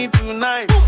tonight